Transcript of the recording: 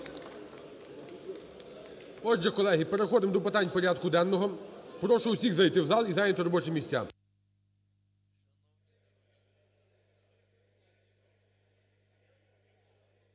Отже, колеги, переходимо до питань порядку денного. Прошу усіх зайти в зал і зайняти робочі місця.